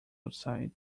outside